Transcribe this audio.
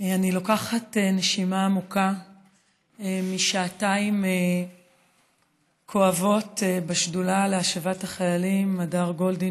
אני לוקחת נשימה עמוקה משעתיים כואבות בשדולה להשבת החיילים הדר גולדין